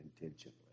intentionally